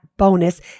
bonus